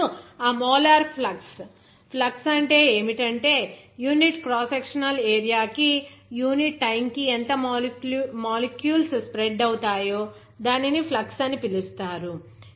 ఇప్పుడు ఆ molar flux flux అంటే ఏమిటంటే యూనిట్ క్రాస్ సెక్షనల్ ఏరియా కి యూనిట్ టైమ్ కి ఎంత మాలిక్యూల్స్ స్ప్రెడ్ అవుతాయో దానిని ఫ్లక్స్ అని పిలుస్తారు